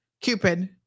Cupid